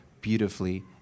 beautifully